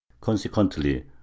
Consequently